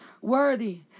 Worthy